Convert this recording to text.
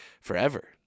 forever